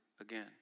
again